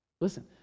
Listen